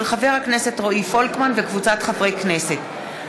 של חבר הכנסת רועי פולקמן וקבוצת חברי הכנסת,